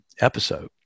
episode